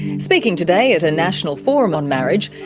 speaking today at a national forum on marriage,